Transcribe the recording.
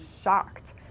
shocked